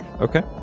Okay